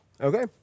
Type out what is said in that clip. Okay